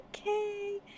okay